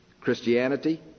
Christianity